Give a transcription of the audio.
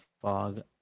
fog